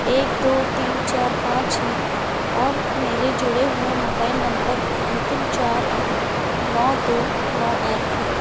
एक दो तीन चार पाँच है और मेरे जुड़े हुए मोबाइल नम्बर के अन्तिम चार अंक नौ दो नौ एक है